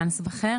יעל אנסבכר,